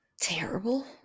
Terrible